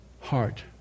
heart